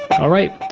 alright?